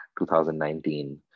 2019